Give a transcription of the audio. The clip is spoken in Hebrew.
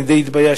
אני די התביישתי.